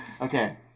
Okay